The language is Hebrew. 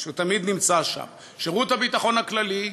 שהוא תמיד נמצא שם, שירות הביטחון הכללי,